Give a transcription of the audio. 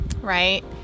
right